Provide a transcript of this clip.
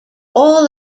all